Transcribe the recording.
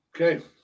okay